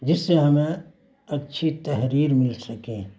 جس سے ہمیں اچھی تحریر مل سکے